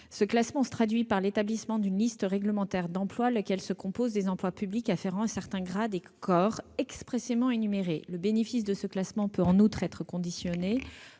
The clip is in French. Ce classement se traduit par l'établissement d'une liste réglementaire d'emplois, qui se compose des emplois publics afférents à certains grades et corps expressément énumérés. Le bénéfice de ce classement peut en outre être conditionné